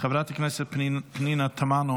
חברת הכנסת פנינה תמנו,